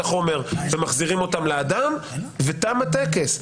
החומר ומחזירים את המצלמות לאדם ותם הטקס.